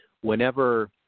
whenever